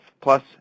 plus